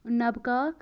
نَبہٕ کاک